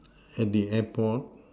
at the airport